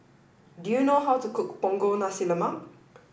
do you know how to cook Punggol Nasi Lemak